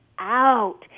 Out